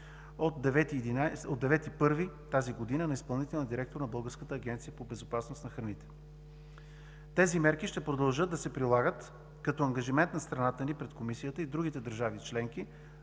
от 9 януари тази година на изпълнителния директор на Българската агенция по безопасност на храните. Тези мерки ще продължат да се прилагат като ангажимент на страната ни пред Комисията и другите държави членки